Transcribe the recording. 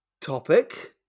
topic